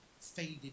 faded